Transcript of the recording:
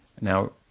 now